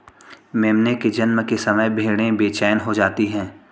मेमने के जन्म के समय भेड़ें बेचैन हो जाती हैं